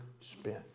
spent